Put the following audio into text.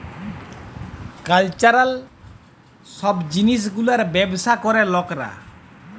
cultural সব জিলিস গুলার ব্যবসা ক্যরে লকরা